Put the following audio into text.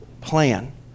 plan